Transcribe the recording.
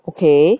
okay